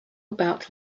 about